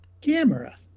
camera